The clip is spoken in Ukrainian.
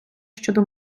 щодо